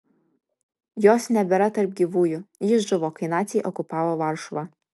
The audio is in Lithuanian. jos nebėra tarp gyvųjų ji žuvo kai naciai okupavo varšuvą